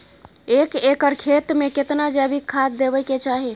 एक एकर खेत मे केतना जैविक खाद देबै के चाही?